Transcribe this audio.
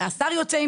השר יוצא עם